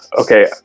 okay